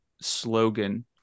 slogan